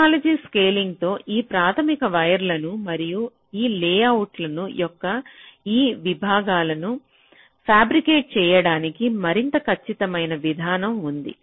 technology స్కేలింగ్తో ఈ ప్రాథమిక వైర్లను మరియు ఈ లేఅవుట్ల యొక్క ఈ విభాగాలను ఫ్యాబ్రికెట్ చేయడానికి మరింత ఖచ్చితమైన విధానం ఉంది